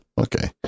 Okay